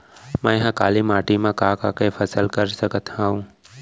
मै ह काली माटी मा का का के फसल कर सकत हव?